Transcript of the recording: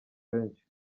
benshi